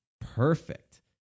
perfect